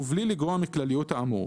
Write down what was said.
ובלי לגרוע מכלליות האמור:"."